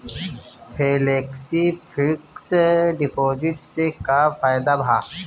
Flexi fixed deposit से का फायदा भा?